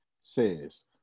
says